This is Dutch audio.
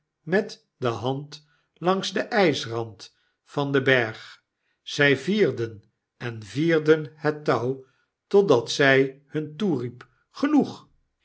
met de hand langs den ysrand van den berg zy vierden en vierden het touw totdat zy hun toeriep genoeg